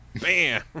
bam